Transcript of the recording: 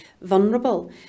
vulnerable